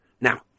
Now